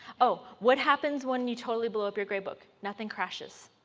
oh, what happens when you totally blow up your grade book, nothing crashes.